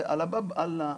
אללה באב אללה,